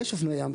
יש אופנועי ים,